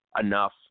enough